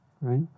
right